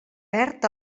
perd